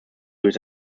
durch